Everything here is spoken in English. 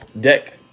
deck